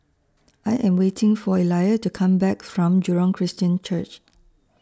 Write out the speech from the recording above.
I Am waiting For Elia to Come Back from Jurong Christian Church